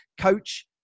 coach